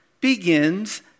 begins